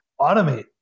automate